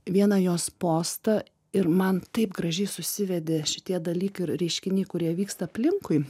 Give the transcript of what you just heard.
vieną jos postą ir man taip gražiai susivedė šitie dalykai ir reiškiniai kurie vyksta aplinkui